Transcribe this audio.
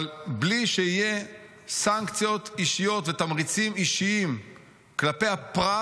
אבל בלי שיהיו סנקציות אישיות ותמריצים אישיים כלפי הפרט,